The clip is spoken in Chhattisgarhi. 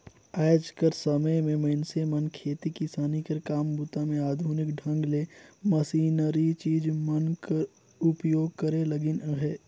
आएज कर समे मे मइनसे मन खेती किसानी कर काम बूता मे आधुनिक ढंग ले मसीनरी चीज मन कर उपियोग करे लगिन अहे